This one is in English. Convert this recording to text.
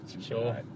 Sure